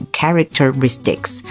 Characteristics